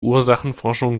ursachenforschung